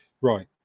Right